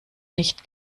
nicht